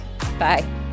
Bye